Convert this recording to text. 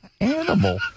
animal